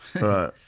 Right